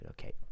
Okay